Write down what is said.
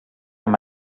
amb